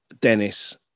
Dennis